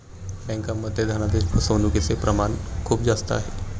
बँकांमध्ये धनादेश फसवणूकचे प्रमाण खूप जास्त आहे